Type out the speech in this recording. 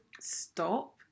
stop